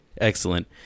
Excellent